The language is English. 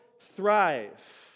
thrive